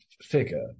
figure